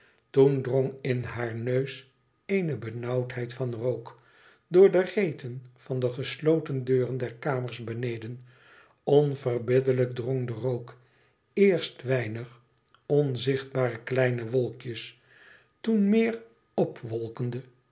toen drong in haar neus eene benauwdheid van rook door de reten van de gesloten deuren der kamers beneden onverbiddelijk drong de rook eerst weinig onzichtbare kleine wolkjes toen meer opwolkende